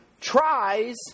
tries